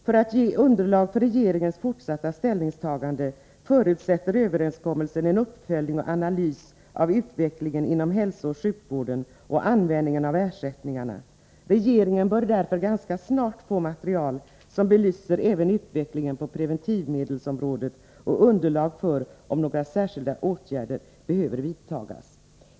För att ge underlag för regeringens fortsatta ställningstagande förutsätter överenskommelsen en uppföljning och analys av utvecklingen inom hälsooch sjukvården och användningen av ersättningarna. Regeringen bör därför ganska snart få material som belyser även utvecklingen på preventivmedelsrådgivningens område och underlag för om några särskilda åtgärder behöver vidtas.